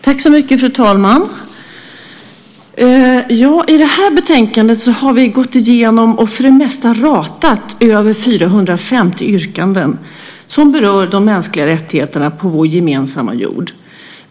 Fru talman! I detta betänkande har vi gått igenom och för det mesta ratat över 450 yrkanden som berör de mänskliga rättigheterna på vår gemensamma jord.